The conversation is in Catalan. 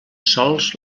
sòls